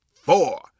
Four